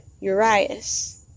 Urias